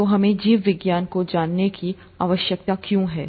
तो हमें जीव विज्ञान को जानने की आवश्यकता क्यों है